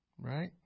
Right